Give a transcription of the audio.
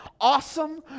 awesome